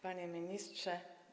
Panie Ministrze!